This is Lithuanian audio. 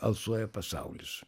alsuoja pasaulis